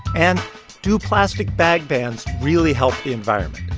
and do plastic bag bans really help the environment?